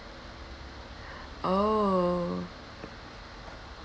ah oh